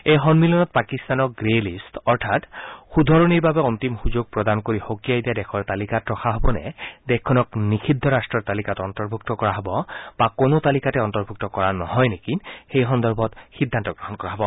এই সম্মিলনত পাকিস্তানক গ্ৰে লিট অৰ্থাৎ শুধৰণিৰ বাবে অন্তিম সুযোগ প্ৰদান কৰি সকীয়াই দিয়া দেশৰ তালিকাত ৰখা হ'বনে দেশখনক নিযিদ্ধ ৰাট্টৰ তালিকাত অন্তৰ্ভূক্ত কৰা হ'ব বা কোনো তালিকাতে অন্তৰ্ভূত কৰা নহয় নেকি সেই সন্দৰ্ভত সিদ্ধান্ত গ্ৰহণ কৰা হ'ব